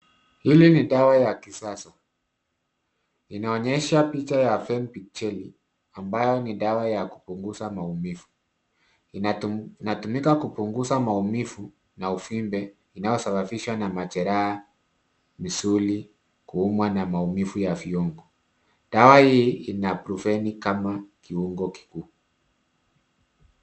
Hili ni dawa ya kisasa. Inaonyesha picha ya Fenbid Gelly , ambayo ni dawa ya kupunguza maumivu. Inatumika kupunguza maumivu na uvimbe inayosababishwa na majeraha, misuli, kuumwa na maumivu ya viungo. Dawa hii ina Brufeni kama kiungo kikuu.